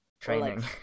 training